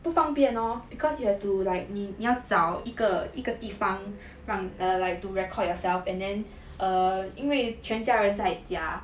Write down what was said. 不方便 lor because you have to like 你要找一个一个地方放 to like to record yourself and then err 因为全家人在家